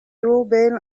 doorbell